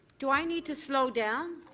do i need to slow down?